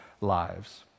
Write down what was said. lives